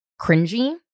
cringy